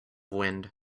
wind